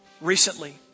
recently